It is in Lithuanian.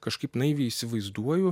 kažkaip naiviai įsivaizduoju